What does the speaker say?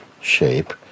shape